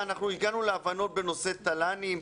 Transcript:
הגענו להבנות בנושא תל"נים.